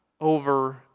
over